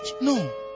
No